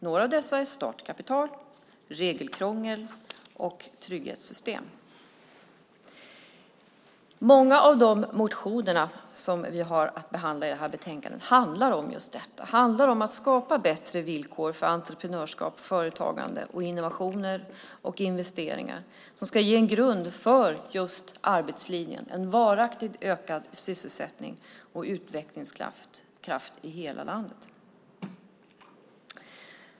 Några av dessa är startkapital, regelkrångel och trygghetssystem. Många av de motioner som vi har att behandla i betänkandet handlar om just detta. De handlar om att skapa bättre villkor för entreprenörskapande, företagande, innovationer och investeringar som ska ge en grund för arbetslinjen - en varaktigt ökad sysselsättning och utvecklingskraft i hela landet.